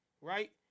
Right